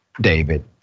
David